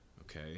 okay